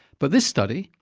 but this study,